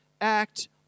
act